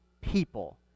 people